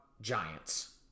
Giants